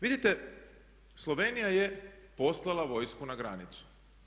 Vidite, Slovenija je poslala vojsku na granicu.